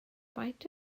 faint